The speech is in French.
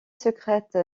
secrète